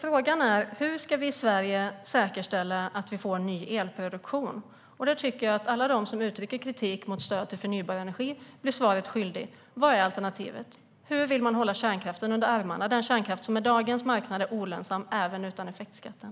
Frågan är: Hur ska vi i Sverige säkerställa att vi får ny elproduktion? Där tycker jag att alla de som uttrycker kritik mot stöd till förnybar energi blir svaret skyldiga. Vad är alternativet? Hur vill man hålla kärnkraften under armarna, den kärnkraft som med dagens marknad är olönsam även utan effektskatten?